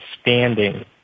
standing